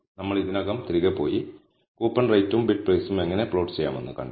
നമ്മൾ ഇതിനകം തിരികെ പോയി കൂപ്പൺ നിരക്കും ബിഡ് പ്രൈസും എങ്ങനെ പ്ലോട്ട് ചെയ്യാമെന്ന് കണ്ടു